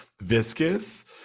viscous